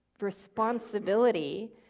responsibility